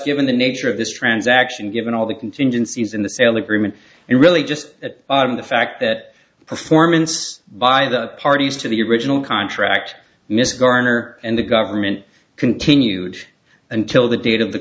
given the nature of this transaction given all the contingencies in the sale agreement and really just at the fact that the performance by the parties to the original contract mr garner and the government continues until the date of the